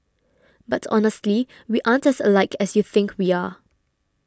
but honestly we aren't as alike as you think we are